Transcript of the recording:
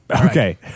okay